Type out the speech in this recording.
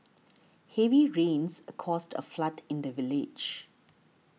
heavy rains caused a flood in the village